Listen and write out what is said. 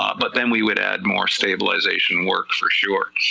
um but then we would add more stabilization work for sure,